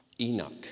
Enoch